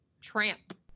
Tramp